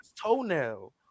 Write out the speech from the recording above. Toenail